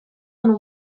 non